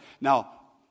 Now